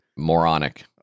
Moronic